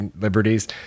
liberties